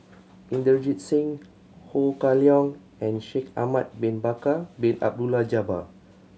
Inderjit Singh Ho Kah Leong and Shaikh Ahmad Bin Bakar Bin Abdullah Jabbar